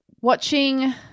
watching